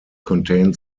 contain